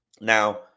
now